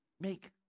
make